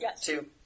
two